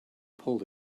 pulled